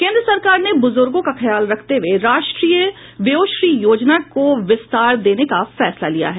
केंद्र सरकार ने बुजुर्गों का ख्याल रखते हुये राष्ट्रीय व्योश्री योजना को विस्तार देने का फैसला लिया है